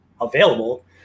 available